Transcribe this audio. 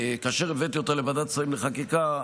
כאשר הבאתי אותה לוועדת שרים לחקיקה,